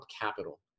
capital